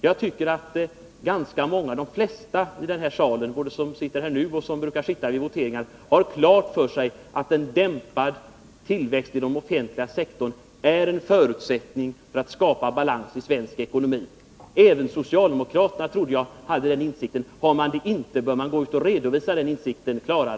Jag tror att ganska många — ja, de flesta — av de ledamöter som sitter här i kammaren nu och även av de övriga har klart för sig att en dämpad tillväxt inom den offentliga sektorn är en förutsättning för att vi skall kunna skapa balans i svensk ekonomi. Jag trodde att även socialdemokraterna hade den insikten. Om de inte har det, då bör de gå ut och klarare redovisa sin inställning.